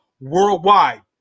worldwide